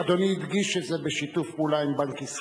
אדוני הדגיש שזה בשיתוף פעולה עם בנק ישראל.